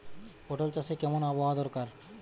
পটল চাষে কেমন আবহাওয়া দরকার?